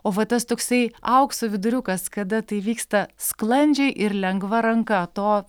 o va tas toksai aukso viduriukas kada tai vyksta sklandžiai ir lengva ranka to